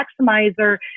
Maximizer